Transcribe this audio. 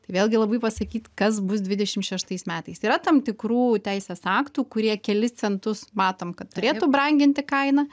tai vėlgi labai pasakyt kas bus dvidešimt šeštais metais yra tam tikrų teisės aktų kurie kelis centus matom kad turėtų branginti kainą